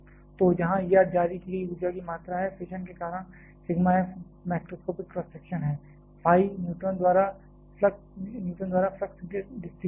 तो जहां E R जारी की गई ऊर्जा की मात्रा है फिशन के कारण sigma f macroscopic cross section है फाई न्यूट्रॉन द्वारा फ्लक्स डिस्ट्रीब्यूशन है